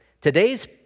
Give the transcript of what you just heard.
today's